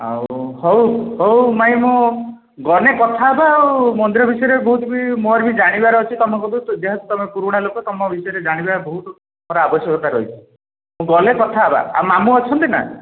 ଆଉ ହଉ ହଉ ମାଇଁ ମୁଁ ଗଲେ କଥା ହେବା ଆଉ ମନ୍ଦିର ବିଷୟରେ ବହୁତ ବି ମୋର ବି ଜାଣିବାର ଅଛି ତୁମେ ଗଲେ ଯେହେତୁ ତୁମେ ପୁରୁଣା ଲୋକ ତୁମ ଭିତରେ ଜାଣିବା ବହୁତ ଆବଶ୍ୟକତା ରହିଛି ମୁଁ ଗଲେ କଥା ହେବା ଆଉ ମାମୁଁ ଅଛନ୍ତି ନା